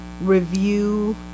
review